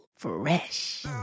Fresh